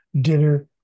dinner